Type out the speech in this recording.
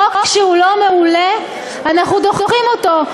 חוק שהוא לא מעולה, אנחנו דוחים אותו.